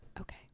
okay